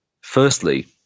firstly